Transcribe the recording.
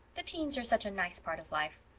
the teens are such a nice part of life.